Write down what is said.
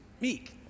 meek